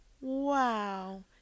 Wow